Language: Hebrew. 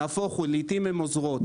נהפוך הוא, לעיתים הן עוזרות.